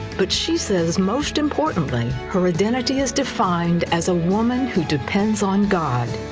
but she says most important like her identity is defined as a woman who depends on god.